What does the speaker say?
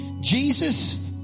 Jesus